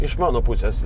iš mano pusės